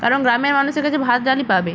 কারণ গ্রামের মানুষের কাছে ভাত ডালই পাবে